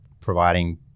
providing